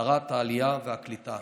שרת העלייה והקליטה,